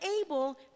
able